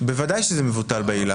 בוודאי שזה מבוטל בעילה.